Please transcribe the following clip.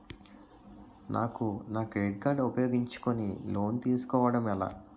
నాకు నా credit card ఉపయోగించుకుని లోన్ తిస్కోడం ఎలా?